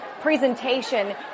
presentation